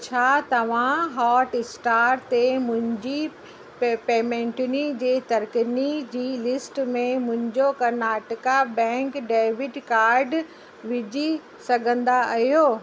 छा तव्हां हॉटस्टार ते मुंहिंजी पेमेंटुनि जे तारीख़ुनि जी लिस्ट में मुंहिंजो कर्नाटका बैंक डेबिट कार्ड विझी सघंदा आहियो